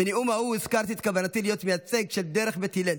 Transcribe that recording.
בנאום ההוא הזכרתי את כוונתי להיות מייצג של דרך בית הלל,